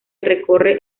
recorre